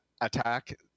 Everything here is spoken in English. attack